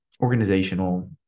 organizational